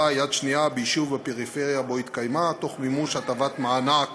יד שנייה ביישוב בפריפריה שבו התקיימה תוך מימוש הטבת מענק